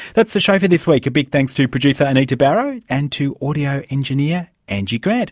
that's the show for this week. a big thanks to producer anita barraud, and to audio engineer angie grant